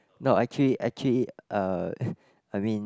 no actually actually uh I mean